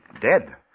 Dead